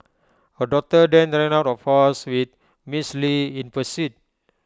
her daughter then ran out of house with Ms li in pursuit